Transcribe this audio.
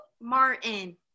Martin